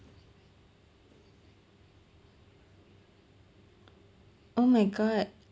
oh my god